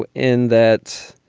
ah in that,